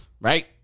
Right